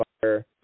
Fire